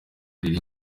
riri